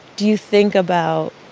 do you think about,